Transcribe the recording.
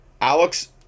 alex